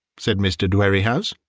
said mr. dwerrihouse.